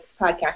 podcast